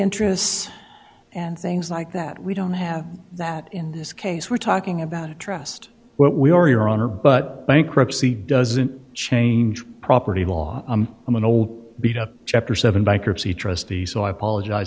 interests and things like that we don't have that in this case we're talking about a trust what we are your honor but bankruptcy doesn't change property law i'm an old beat up chapter seven bankruptcy trustee so i apologize